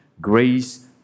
Grace